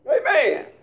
Amen